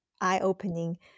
eye-opening